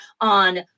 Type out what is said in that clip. on